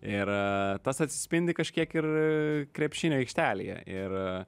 ir tas atsispindi kažkiek ir krepšinio aikštelėje ir